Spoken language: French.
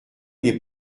n’est